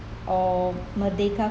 or merdeka